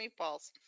meatballs